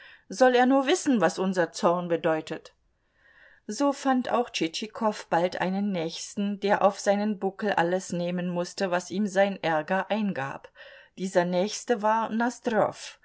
soll er nur wissen was unser zorn bedeutet so fand auch tschitschikow bald einen nächsten der auf seinen buckel alles nehmen mußte was ihm sein ärger eingab dieser nächste war